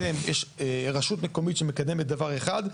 רשות מקומית שמקדמת דבר אחד,